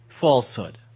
falsehood